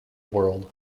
world